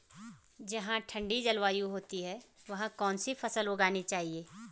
जहाँ ठंडी जलवायु होती है वहाँ कौन सी फसल उगानी चाहिये?